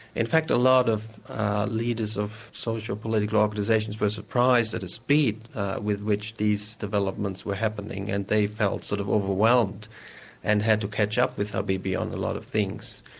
in fact a lot of leaders of social political organisations were surprised at the speed with which these developments were happening, and they felt sort of overwhelmed and had to catch up with habibie on a lot of things.